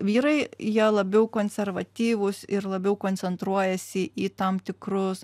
vyrai jie labiau konservatyvūs ir labiau koncentruojasi į tam tikrus